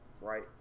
right